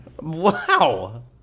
Wow